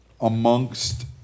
amongst